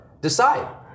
Decide